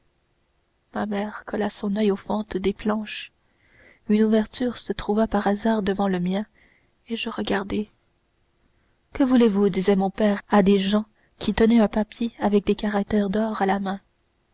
ma mère colla son oeil aux fentes des planches une ouverture se trouva par hasard devant le mien et je regardai que voulez-vous disait mon père à des gens qui tenaient un papier avec des caractères d'or à la main